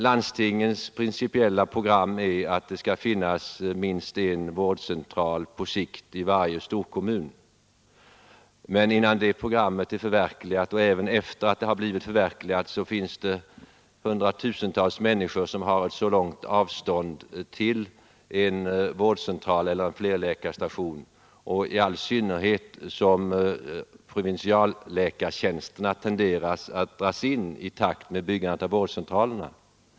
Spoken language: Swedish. Landstingens principiella program är att det på sikt skall finnas minst en vårdcentral i varje storkommun, men innan det programmet är förverkligat — och även sedan det har blivit förverkligat — finns det hundratusentals människor som har långt till en vårdcentral eller en flerläkarstation, i all synnerhet som provinsialläkartjänsterna tenderar att dras in i takt med byggandet av vårdcentralerna.